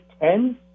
Ten